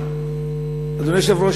אדוני היושב-ראש,